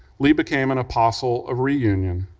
lee became an apostle of reunion.